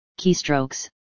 keystrokes